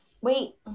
Wait